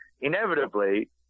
Inevitably